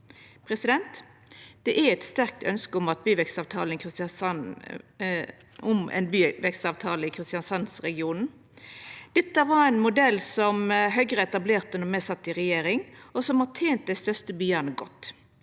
Det er eit sterkt ønske om ein byvekstavtale i Kristiansands-regionen. Dette var ein modell Høgre etablerte då me sat i regjering, og som har tent dei største byane godt.